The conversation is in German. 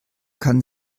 kann